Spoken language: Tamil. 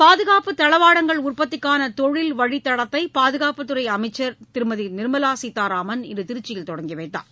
பாதுகாப்பு தளவாடங்கள் உற்பத்திக்கான தொழில் வழித் தடத்தை பாதுகாப்புத் துறை அமைச்சர் திருமதி நிர்மலா சீதாராமன் இன்று திருச்சியில் தொடங்கி வைத்தார்